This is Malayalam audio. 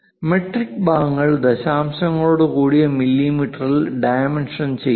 മെട്രിക് ഭാഗങ്ങൾ ദശാംശങ്ങളോടുകൂടിയ മില്ലിമീറ്ററിൽ ഡൈമെൻഷൻ ചെയ്യുന്നു